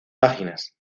páginas